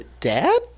dad